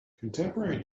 contemporary